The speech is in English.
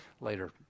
Later